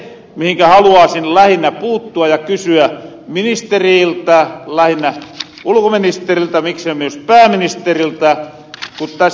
mutta mihinkä haluaasin lähinnä puuttua ja kysyä ministeriiltä lähinnä ulkoministeriltä miksei myös pääministeriltä on se ku täs ed